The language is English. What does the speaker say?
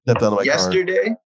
yesterday